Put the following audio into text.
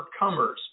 overcomers